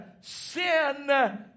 sin